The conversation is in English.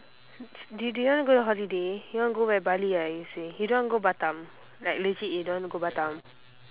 do do you wanna go on holiday you want go where bali ah you say you don't want go batam like legit you don't want go batam